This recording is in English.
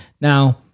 Now